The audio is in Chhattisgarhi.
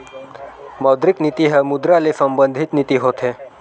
मौद्रिक नीति ह मुद्रा ले संबंधित नीति होथे